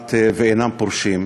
כמעט אינם פורשים.